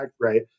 Right